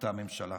אותה ממשלה.